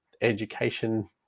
education